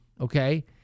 okay